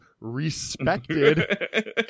respected